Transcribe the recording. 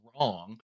wrong